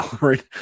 right